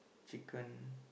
chicken